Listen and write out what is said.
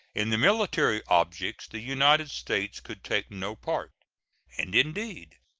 in the military objects the united states could take no part and, indeed,